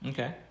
Okay